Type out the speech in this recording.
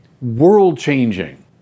world-changing